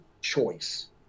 choice